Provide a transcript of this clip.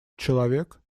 человек